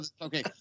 okay